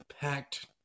packed